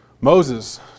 Moses